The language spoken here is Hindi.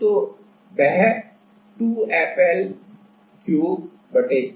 तो वह 2F Lघन 24YI है